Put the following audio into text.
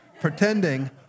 pretending